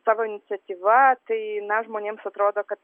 savo iniciatyva tai na žmonėms atrodo kad